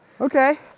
Okay